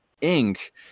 Ink